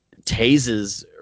tases